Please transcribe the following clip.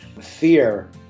fear